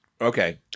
Okay